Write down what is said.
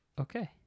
okay